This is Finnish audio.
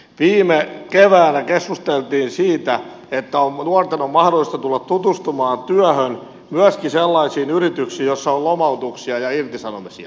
viime keväänä keskusteltiin siitä että nuorten on mahdollista tulla tutustumaan työhön myöskin sellaisiin yrityksiin joissa on lomautuksia ja irtisanomisia